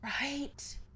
right